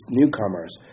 newcomers